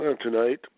Tonight